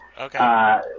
Okay